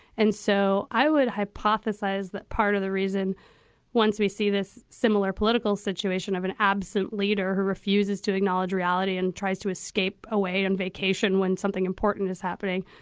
and so i would hypothesize that part of the reason once we see this similar political situation of an absent leader who refuses to acknowledge reality and tries to escape away on vacation when something important is happening.